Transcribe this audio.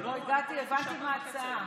הגעתי, הבנתי מה ההצעה.